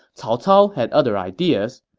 cao cao had other ideas.